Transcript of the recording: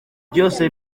byose